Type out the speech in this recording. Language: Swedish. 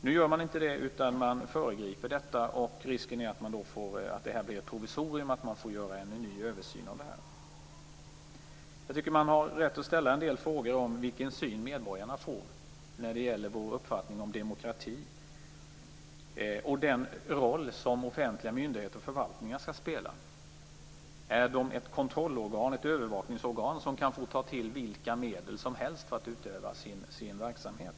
Nu görs inte det, utan översynen föregrips. Risken är att vi får ett provisorium och att en ny översyn måste göras. Jag tycker att man har rätt att ställa frågor om vilken syn medborgarna får när det gäller vår uppfattning av demokrati och den roll som offentliga myndigheter och förvaltningar skall spela. Är de övervakningsorgan som kan få ta till vilka medel som helst för att utöva sina verksamheter?